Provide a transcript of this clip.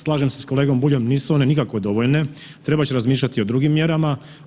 Slažem se s kolegom Buljom, nisu one nikako dovoljne, trebat će razmišljati o drugim mjerama.